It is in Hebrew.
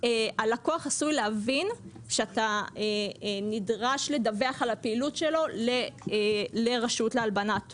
הלקוח עשוי להבין שאתה נדרש לדווח על הפעילות שלו לרשות להלבנת הון,